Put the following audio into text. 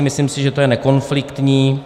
Myslím si, že to je nekonfliktní.